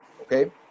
Okay